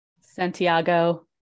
santiago